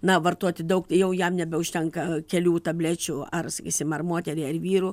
na vartoti daug jau jam nebeužtenka kelių tablečių ar sakysim ar moteriai ar vyru